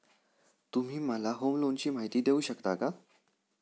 तुम्ही मला होम लोनची माहिती देऊ शकता का?